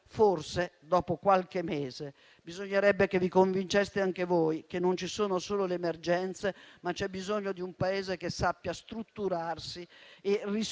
Forse, dopo qualche mese, bisognerebbe che vi convinceste anche voi che non ci sono solo le emergenze, ma c'è bisogno di un Paese che sappia strutturarsi e rispondere